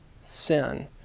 sin